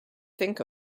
think